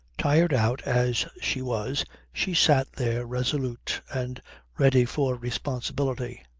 tired out as she was she sat there resolute and ready for responsibility.